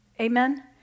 Amen